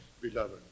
beloved